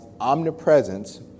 omnipresence